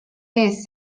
ees